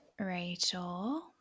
Rachel